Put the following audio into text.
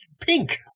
pink